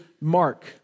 Mark